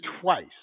twice